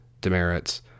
demerits